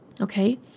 okay